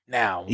now